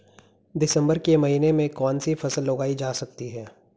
दिसम्बर के महीने में कौन सी फसल उगाई जा सकती है?